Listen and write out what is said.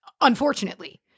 unfortunately